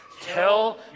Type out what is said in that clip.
tell